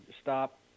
stop